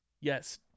yes